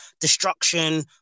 destruction